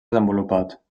desenvolupat